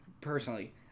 personally